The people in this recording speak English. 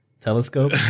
telescope